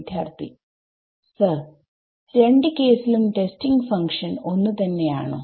വിദ്യാർത്ഥി സർ രണ്ട് കേസിലും ടെസ്റ്റിംഗ് ഫങ്ക്ഷൻ ഒന്ന് തന്നെയാണോ